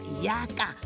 Yaka